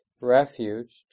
refuge